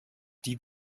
die